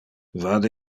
vade